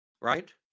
Right